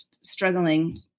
struggling